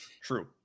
True